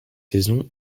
saison